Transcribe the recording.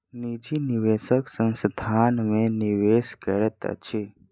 निजी निवेशक संस्थान में निवेश करैत अछि